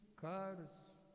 cars